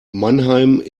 mannheim